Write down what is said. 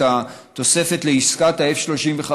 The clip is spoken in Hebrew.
את התוספת לעסקת ה-F-35,